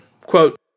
quote